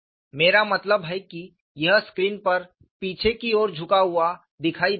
मेरा मतलब है कि यह स्क्रीन पर पीछे की ओर झुका हुआ दिखाई देता है